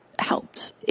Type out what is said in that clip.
Helped